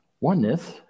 oneness